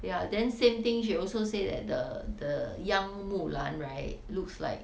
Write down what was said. ya then same thing she also said that the the young 木兰 right looks like